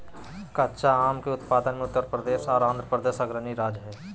कच्चा आम के उत्पादन मे उत्तर प्रदेश आर आंध्रप्रदेश अग्रणी राज्य हय